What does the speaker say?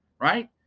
right